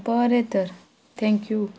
बरें तर थँक्यू